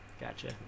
Gotcha